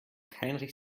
heinrich